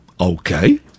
okay